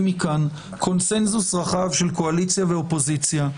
מכאן קונצנזוס רחב של קואליציה ואופוזיציה,